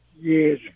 Yes